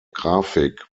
grafik